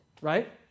right